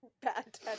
Bad